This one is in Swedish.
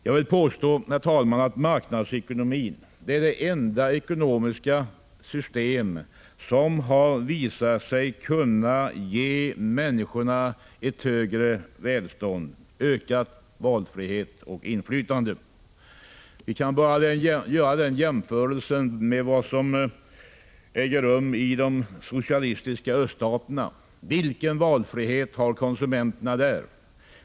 Jag vill påstå, herr talman, att marknadsekonomin är det enda ekonomiska system som har visat sig kunna ge människorna ett högre välstånd, ökad valfrihet och inflytande. Vi kan bara göra jämförelsen med vad som äger rum i de socialistiska öststaterna. Vilken valfrihet har konsumenterna där?